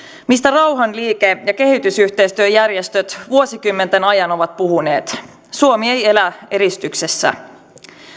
mistä rauhanliike ja kehitysyhteistyöjärjestöt vuosikymmenten ajan ovat puhuneet suomi ei elä erityksessä